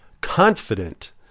confident